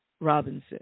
Robinson